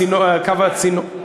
צינור הגז.